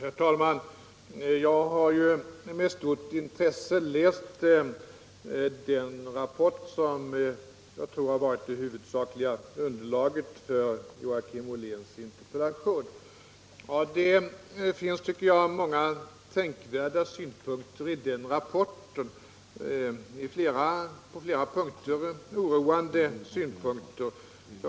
Herr talman! Jag har med stort intresse läst den rapport som jag tror har varit det huvudsakliga underlaget för Joakim Olléns interpellation. Det finns, tycker jag, många tänkvärda synpunkter i den rapporten, på flera punkter oroande synpunkter.